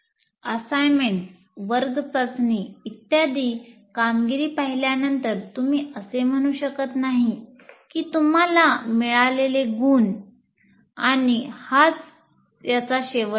assignments वर्ग चांचणी इत्यादी कामगिरी पाहिल्यानंतर तुम्ही असे म्हणू शकत नाही की तुम्हाला मिळालेले गुण आहेत आणि हा याचा शेवट आहे